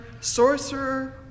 sorcerer